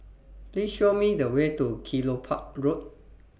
Please Show Me The Way to Kelopak Road